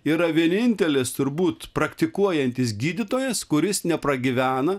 yra vienintelis turbūt praktikuojantis gydytojas kuris nepragyvena